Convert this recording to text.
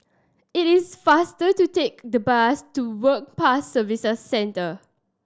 it is faster to take the bus to Work Pass Services Centre